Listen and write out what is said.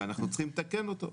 ואנחנו צריכים לתקן אותו.